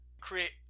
create